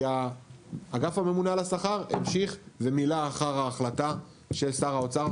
כי האגף הממונה על השכר המשיך ומילא אחר ההחלטה של שר האוצר,